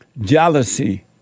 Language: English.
jealousy